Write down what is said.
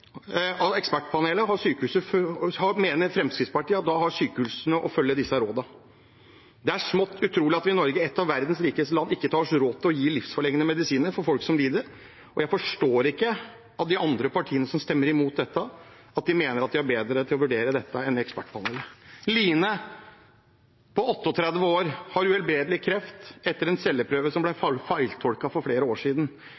av Ekspertpanelet, mener Fremskrittspartiet at da har sykehusene å følge disse rådene. Det er smått utrolig at vi i Norge, et av verdens rikeste land, ikke tar oss råd til å gi livsforlengende medisiner til folk som lider, og jeg forstår ikke at de partiene som stemmer imot dette, mener at de er bedre til å vurdere dette enn Ekspertpanelet. Line på 38 år har uhelbredelig kreft etter en celleprøve som ble feiltolket for flere år siden.